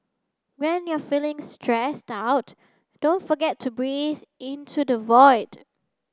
when you are feeling stressed out don't forget to breathe into the void